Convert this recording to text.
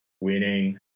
Winning